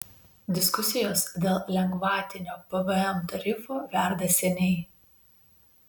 diskusijos dėl lengvatinio pvm tarifo verda seniai